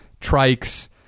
trikes